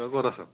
তই ক'ত আছ